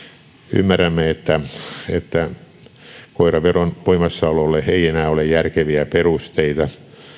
ymmärrämme että että koiraveron voimassaololle ei enää ole järkeviä perusteita